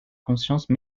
conscience